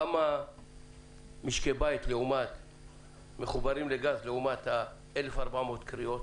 כמה משקי בית מחוברים לגז לעומת ה-1,400 קריאות?